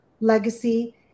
legacy